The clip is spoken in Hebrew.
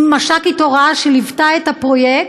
עם מש"קית הוראה שליוותה את הפרויקט.